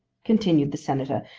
continued the senator,